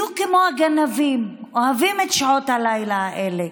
בדיוק כמו הגנבים, אוהבים את שעות הלילה האלה.